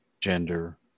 gender